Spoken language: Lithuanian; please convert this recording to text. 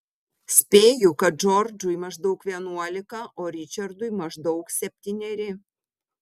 spėju kad džordžui maždaug vienuolika o ričardui maždaug septyneri